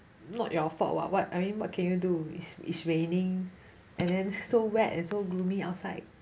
not your fault [what] what are you what can you do is is raining and then so wet and so gloomy outside